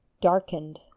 Darkened